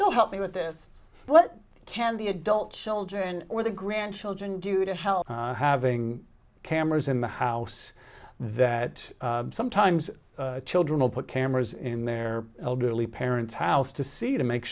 o help me with this what can the adult children or the grandchildren do to help having cameras in the house that sometimes children will put cameras in their elderly parents house to see to make